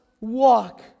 walk